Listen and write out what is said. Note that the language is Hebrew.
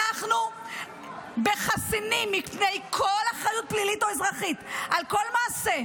אנחנו חסינים מפני כל אחריות פלילית או אזרחית על כל מעשה,